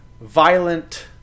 violent